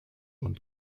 und